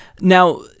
now